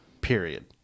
period